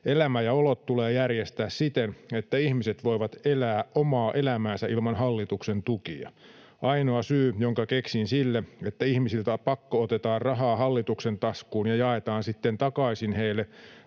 Elämä ja olot tulee järjestää siten, että ihmiset voivat elää omaa elämäänsä ilman hallituksen tukia. Ainoa syy, jonka keksin sille, että ihmisiltä pakko-otetaan rahaa hallituksen taskuun ja jaetaan sitten takaisin heille,